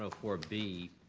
so four b.